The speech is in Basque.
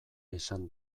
esan